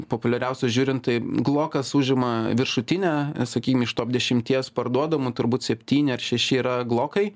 populiariausius žiūrint tai glokas užima viršutinę sakykim iš top dešimties parduodamų turbūt septyni ar šeši yra glokai